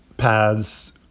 Paths